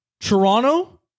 Toronto